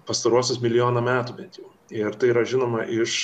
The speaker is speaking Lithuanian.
pastaruosius milijoną metų bet jau ir tai yra žinoma iš